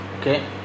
okay